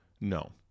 No